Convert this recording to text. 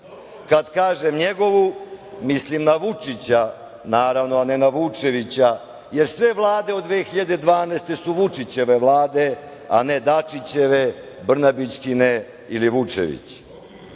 kažem, njegovu, mislim na Vučića, naravno, a ne na Vučevića, jer sve Vlade od 2012. godine su Vučićeve Vlade, a ne Dačićeve, Brnabićkine ili Vučevićeve,